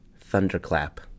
thunderclap